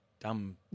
dumb